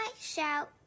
shout